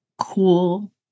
cool